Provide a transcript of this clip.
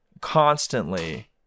constantly